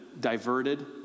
diverted